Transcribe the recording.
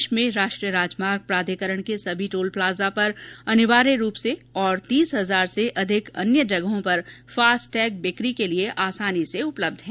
देश में राष्ट्रीय राजमार्ग प्राधिकरण के सभी टोल प्लाजा पर अनिवार्य रूप से और तीस हजार से अधिक अन्य जगहों पर फास्टैग बिक्री के लिए आसानी से उपलब्ध हैं